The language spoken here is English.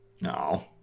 No